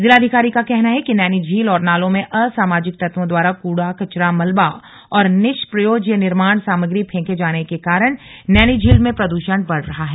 जिलाधिकारी का कहना है कि नैनीझील और नालों में असामाजिक तत्वों द्वारा कूड़ा कचरा मलबा और निष्प्रयोज्य निर्माण सामग्री फेंके जाने के कारण नैनीझील में प्रद्यण बढ़ रहा है